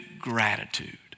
Gratitude